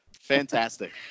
Fantastic